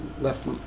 left